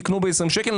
תקנו ב-20 שקל,